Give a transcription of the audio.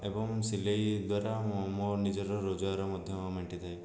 ଏବଂ ସିଲେଇ ଦ୍ୱାରା ମୋ ମୋ ନିଜର ରୋଜଗାର ମଧ୍ୟ ମେଣ୍ଟିଥାଏ